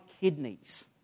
kidneys